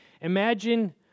imagine